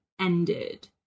ended